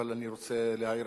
אבל אני רוצה להעיר,